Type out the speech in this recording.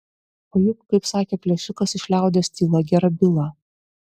o juk kaip sakė plėšikas iš liaudies tyla gera byla